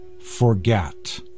forget